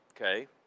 okay